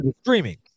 Streaming